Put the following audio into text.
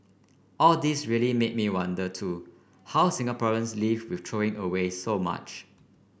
all this really made me wonder too how Singaporeans live with throwing away so much